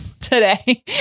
today